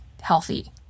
healthy